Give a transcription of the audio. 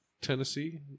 Tennessee